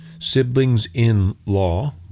siblings-in-law